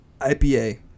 IPA